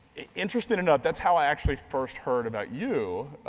interesting to note, that's how i actually first heard about you,